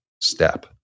step